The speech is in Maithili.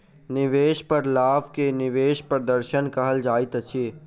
निवेश पर लाभ के निवेश प्रदर्शन कहल जाइत अछि